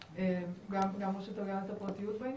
גם הרשות להגנת הפרטיות בעניין?